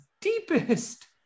deepest